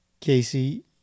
Casey